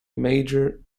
major